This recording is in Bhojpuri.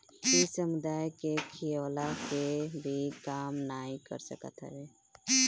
इ समुदाय के खियवला के भी काम नाइ कर सकत हवे